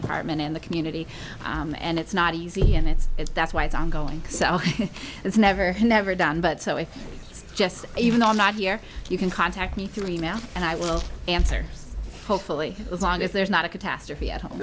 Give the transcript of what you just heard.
department in the community and it's not easy and it's that's why it's ongoing so it's never never done but so if it's just even though i'm not here you can contact me through e mail and i will answer hopefully as long as there's not a catastrophe at